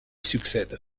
succède